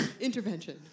intervention